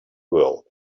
world